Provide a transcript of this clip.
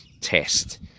test